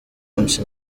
munsi